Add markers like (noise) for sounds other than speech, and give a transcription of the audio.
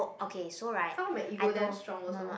(breath) come on my ego damn strong also